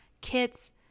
Kits